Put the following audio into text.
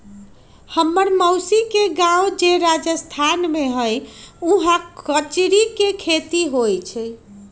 हम्मर मउसी के गाव जे राजस्थान में हई उहाँ कचरी के खेती होई छई